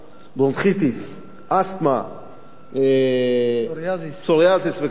ברונכיטיס, אסתמה, פסוריאזיס וכן הלאה,